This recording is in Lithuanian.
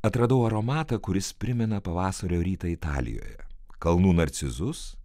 atradau aromatą kuris primena pavasario rytą italijoje kalnų narcizus